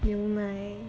牛奶